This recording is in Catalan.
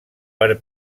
per